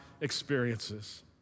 experiences